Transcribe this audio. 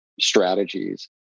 strategies